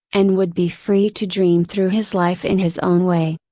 and would be free to dream through his life in his own way.